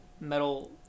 metal